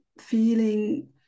feeling